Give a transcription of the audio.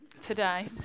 today